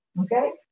okay